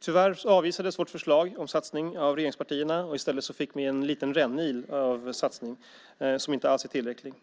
Tyvärr avvisades vårt förslag om satsning av regeringspartierna. I stället fick vi en liten rännil av satsning som inte alls är tillräcklig.